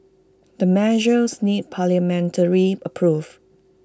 the measures need parliamentary approve